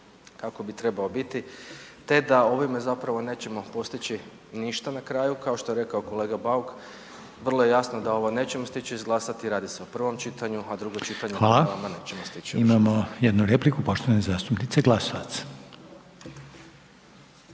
kako bi trebao biti, te da ovime zapravo nećemo postići ništa na kraju, kao što je rekao kolega Bauk, vrlo je jasno da ovo nećemo stići izglasati, radi se o prvom čitanju, a drugo čitanje…/Govornik se ne razumije/…nećemo